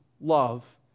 love